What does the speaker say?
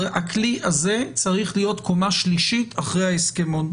הכלי הזה צריך להיות קומה שלישית אחרי ההסכמון.